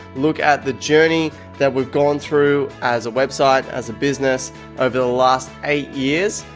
look at the journey that we've gone through as a website, as a business over the last eight years,